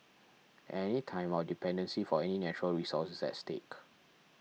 at any time our dependency for any natural resource is at stake